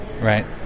right